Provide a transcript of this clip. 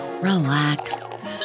relax